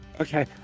Okay